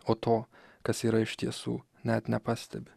o to kas yra iš tiesų net nepastebi